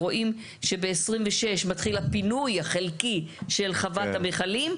רואים שב-2026 מתחיל הפינוי החלקי של חוות המכלים.